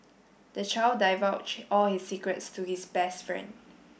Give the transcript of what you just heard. the child divulged all his secrets to his best friend